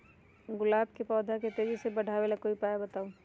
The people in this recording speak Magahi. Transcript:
गुलाब के पौधा के तेजी से बढ़ावे ला कोई उपाये बताउ?